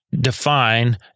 define